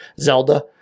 Zelda